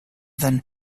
than